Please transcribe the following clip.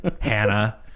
Hannah